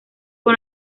con